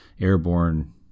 airborne